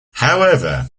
however